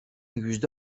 yüzde